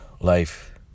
life